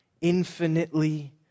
infinitely